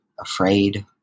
afraid